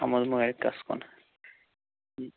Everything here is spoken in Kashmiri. یِم حظ موہتس کُن